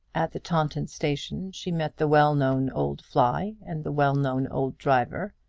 at the taunton station she met the well-known old fly and the well-known old driver,